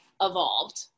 evolved